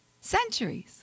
Centuries